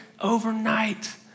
overnight